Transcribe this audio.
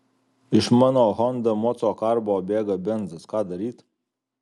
iš mano honda moco karbo bėga benzas ką daryt